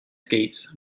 skates